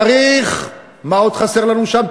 צריך, מה עוד חסר לנו שם?